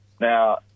Now